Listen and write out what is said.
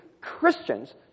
Christians